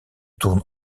tourne